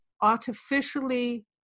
artificially